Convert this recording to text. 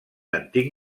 antic